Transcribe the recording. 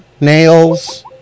nails